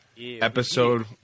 Episode